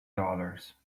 dollars